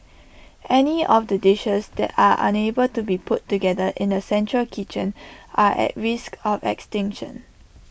any of the dishes that are unable to be put together in A central kitchen are at risk of extinction